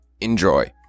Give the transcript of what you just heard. Enjoy